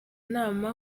nama